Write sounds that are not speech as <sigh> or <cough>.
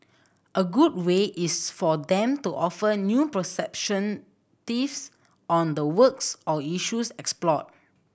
a good way is for them to offer new perception <unintelligible> on the works or issues explored